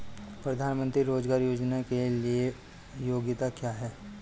प्रधानमंत्री रोज़गार योजना के लिए योग्यता क्या है?